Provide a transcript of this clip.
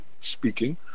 speaking